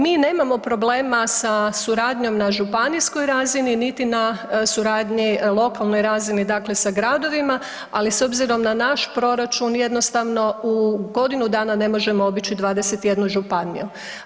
Mi nemamo problema sa suradnjom na županijskoj razini niti na suradnji lokalnoj razini, dakle sa gradovima, ali s obzirom na naš proračun jednostavno u godinu dana ne možemo obići 21 županiju.